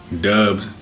dubbed